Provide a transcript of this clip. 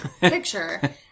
picture